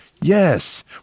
Yes